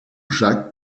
jacques